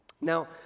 Now